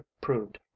proved